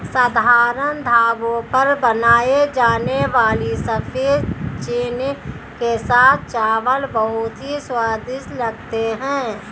साधारण ढाबों पर बनाए जाने वाले सफेद चने के साथ चावल बहुत ही स्वादिष्ट लगते हैं